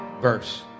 verse